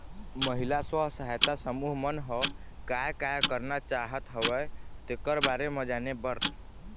महिला स्व सहायता समूह मन ह काय काय करना चाहत हवय तेखर बारे म जाने बर